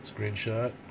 Screenshot